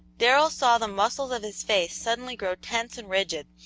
darrell saw the muscles of his face suddenly grow tense and rigid,